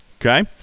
okay